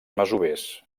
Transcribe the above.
masovers